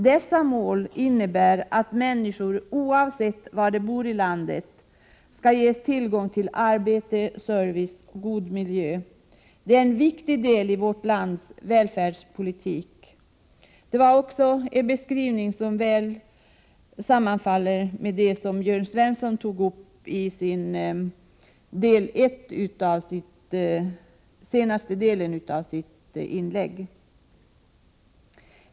Dessa mål innebär att människor oavsett var de bor i landet skall ges tillgång till arbete, service och god miljö. Detta är en viktig del i vårt lands välfärdspolitik. Det är en beskrivning som också väl sammanfaller med vad Jörn Svensson tog uppi senaste delen av sitt inlägg.